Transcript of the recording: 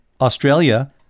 Australia